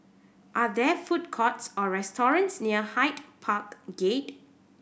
are there food courts or restaurants near Hyde Park Gate